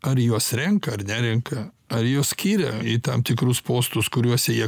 ar juos renka ar nerenka ar juos skiria į tam tikrus postus kuriuose jie